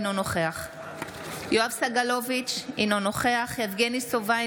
אינו נוכח יואב סגלוביץ' אינו נוכח יבגני סובה,